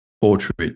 portrait